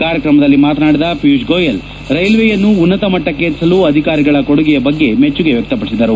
ಕಾರ್ಯಕ್ತಮದಲ್ಲಿ ಮಾತನಾಡಿದ ಪಿಯೂಪ್ ಗೋಯಲ್ ರೈಲ್ವೇಯನ್ನು ಉನ್ನತಮಟ್ಟಕ್ಷೇರಿಸಲು ಅಧಿಕಾರಿಗಳ ಕೊಡುಗೆಯ ಬಗ್ಗೆ ಮೆಚ್ಚುಗೆ ವ್್ತ್ರಪಡಿಸಿದರು